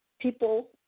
people